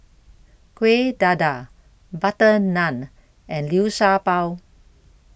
Kuih Dadar Butter Naan and Liu Sha Bao